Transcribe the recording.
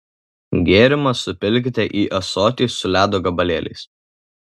gėrimą supilkite į ąsotį su ledo gabalėliais